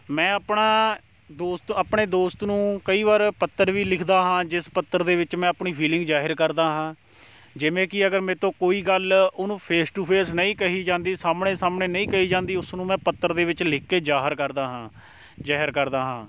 ਮੈਂ ਆਪਣਾ ਦੋਸਤ ਆਪਣੇ ਦੋਸਤ ਨੂੰ ਕਈ ਵਾਰ ਪੱਤਰ ਵੀ ਲਿਖਦਾ ਹਾਂ ਜਿਸ ਪੱਤਰ ਦੇ ਵਿੱਚ ਮੈਂ ਆਪਣੀ ਫੀਲਿੰਗ ਜਾਹਿਰ ਕਰਦਾ ਹਾਂ ਜਿਵੇਂ ਕਿ ਅਗਰ ਮੇਰੇ ਤੋਂ ਕੋਈ ਗੱਲ ਉਹਨੂੰ ਫੇਸ ਟੂ ਫੇਸ ਨਹੀਂ ਕਹੀ ਜਾਂਦੀ ਸਾਹਮਣੇ ਸਾਹਮਣੇ ਨਹੀਂ ਕਹੀ ਜਾਂਦੀ ਉਸ ਨੂੰ ਮੈਂ ਪੱਤਰ ਦੇ ਵਿੱਚ ਲਿਖ ਕੇ ਜਾਹਰ ਕਰਦਾ ਹਾਂ ਜਹਿਰ ਕਰਦਾ ਹਾਂ